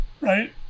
right